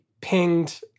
pinged